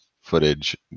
footage